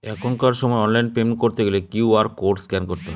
এখনকার সময় online payment করতে গেলে কিউ.আর কোড স্ক্যান করতে হয়